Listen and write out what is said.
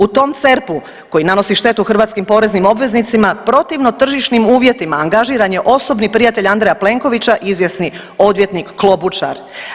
U tom CERP-u koji nanosi štetu hrvatskim poreznim obveznicima protivno tržišnim uvjetima angažiran je osobni prijatelj Andreja Plenkovića izvjesni odvjetnik Klobučar.